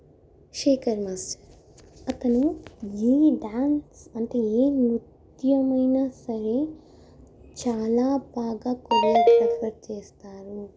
Shekhar master అతను ఏ dance అంటే ఏ నృత్యం అయిన సరే చాలా బాగా కొరియోగ్రఫీ చేస్తారు